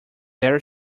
their